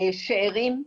שאירים,